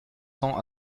cent